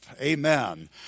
Amen